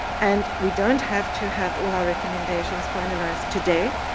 and we don't have to have all our recommendations finalized today.